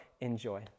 enjoy